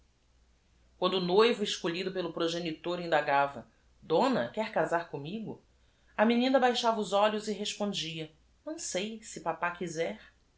uando o noivo escolhido pelo progenitor indagava ona que r casar commigo menina baixava os olhos e respondia ão sei se pàpá quizer